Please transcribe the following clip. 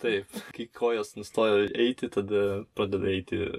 taip kai kojos nustojo eiti tada pradeda eiti